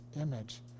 image